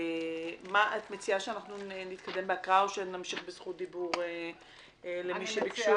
את מציעה שאנחנו נתקדם בהקראה או שנמשיך בזכות דיבור למי שביקש?